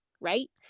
right